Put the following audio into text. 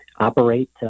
Operate